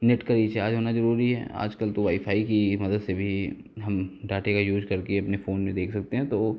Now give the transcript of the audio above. net का recharge होना जरूरी है आज कल तो वाईफ़ाई की ही मदद से भी हम डाटे का यूज करके अपने फ़ोन में देख सकते हैं तो